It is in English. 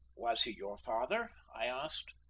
was he your father? i asked.